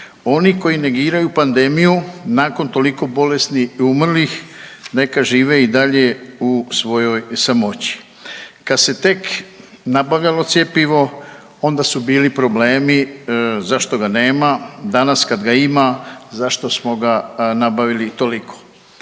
Oni koji negiraju pandemiju nakon toliko bolesnih i umrlih neka žive u svojoj samoći. Kada se tek nabavljalo cjepivo onda su bili problemi zašto ga nema, danas kada ga ima zašto smo ga nabavili toliko.